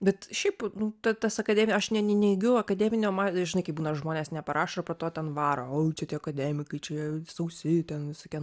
bet šiaip nu ta tas akademija aš ne ne neneigiu akademinio ma žinai kaip būna žmonės neparašo po to ten varo oi čia tie akademikai čia jie sausi ten visokie